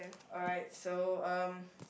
alright so um